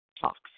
talks